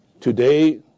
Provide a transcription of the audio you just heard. Today